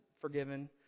forgiven